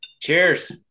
Cheers